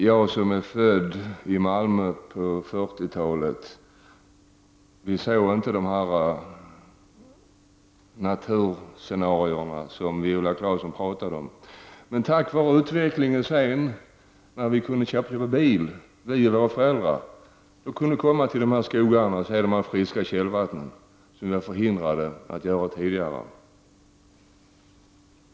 Jag som är född i Malmö på 40-talet såg aldrig dessa naturscenarier som Viola Claesson talar om. Men tack vare utvecklingen och att mina föräldrar kunde köpa en bil kunde jag komma ut till dessa skogar och se de friska källvattnen, något som jag hade varit förhindrad att göra tidigare.